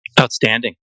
Outstanding